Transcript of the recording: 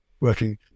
working